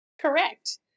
Correct